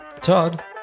Todd